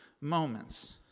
moments